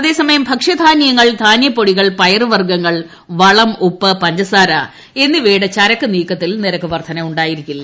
അതേ സമയം ഭക്ഷ്യധാനൃങ്ങൾ ധാന്യപ്പൊടികൾ പയറുവർഗ്ഗങ്ങൾ വളം ഉപ്പ് പഞ്ചസാര എന്നിവയുടെ ചരക്ക് നീക്കത്തിൽ നിരക്ക് വർദ്ധനവുണ്ടാകില്ല